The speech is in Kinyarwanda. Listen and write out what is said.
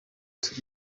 turi